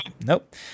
Nope